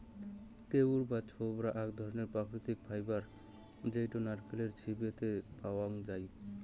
কইর বা ছোবড়া আক ধরণকার প্রাকৃতিক ফাইবার জেইতো নারকেলের ছিবড়ে তে পাওয়াঙ যাই